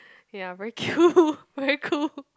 ya very cool very cool